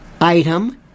item